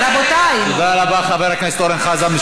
רבותי, תודה רבה, חבר הכנסת אורן חזן.